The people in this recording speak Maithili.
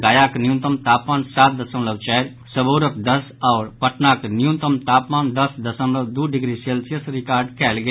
गयाक न्यूनतम तापमान सात दशमलव चारि सबौरक दस आओर पटनाक न्यूनतम तापमान दस दशमलव दू डिग्री सेल्सियस रिकॉर्ड कयल गेल